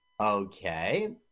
Okay